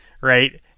right